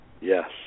yes